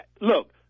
look